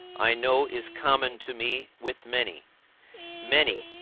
i know is common to me with many many,